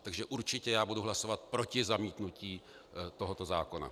Takže já určitě budu hlasovat proti zamítnutí tohoto zákona.